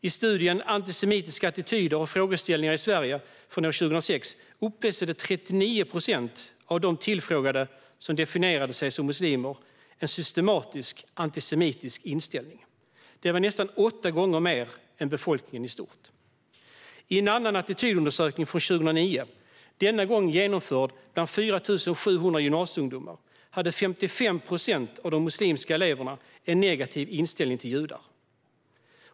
I studien Antisemitiska attityder och föreställningar i Sverige från år 2006 uppvisade 39 procent av de tillfrågade som definierade sig som muslimer en systematiskt antisemitisk inställning. Det var nästan åtta gånger mer än befolkningen i stort. I en annan attitydundersökning från 2009, denna gång genomförd bland 4 700 gymnasieungdomar, hade 55 procent av de muslimska eleverna en negativ inställning till judar.